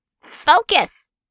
Focus